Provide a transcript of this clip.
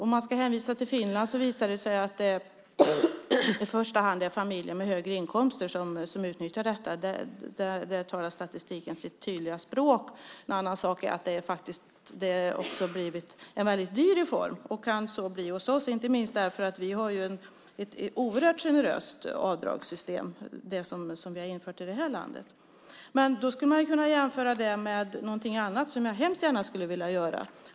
Om man ska hänvisa till Finland visar det sig att det i första hand är familjer med höga inkomster som utnyttjar detta. Där talar statistiken sitt tydliga språk. En annan sak är att det också har blivit en väldigt dyr reform. Det kan så bli även hos oss, inte minst eftersom vi har ett oerhört generöst avdragssystem som vi har infört i det här landet. Då skulle man kunna jämföra detta med någonting annat, som jag hemskt gärna skulle vilja göra.